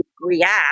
react